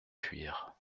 fuir